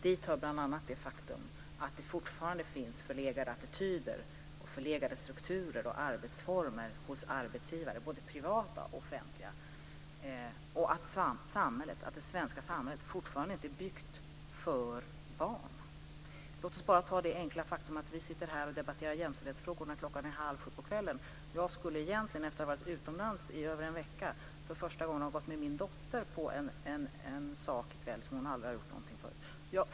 Dit hör bl.a. det faktum att det fortfarande finns förlegade attityder, strukturer och arbetsformer hos arbetsgivare, både privata och offentliga, och att det svenska samhället fortfarande inte är byggt för barn. Låt oss bara ta det enkla faktum att vi är här och debatterar jämställdhetsfrågor klockan halv 7 på kvällen. I kväll skulle jag egentligen, efter att ha varit utomlands i över en vecka, för första gången ha gått med min dotter på en sak som hon aldrig har gjort förut.